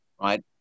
right